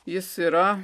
jis yra